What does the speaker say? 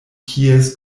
kies